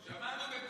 גם היום,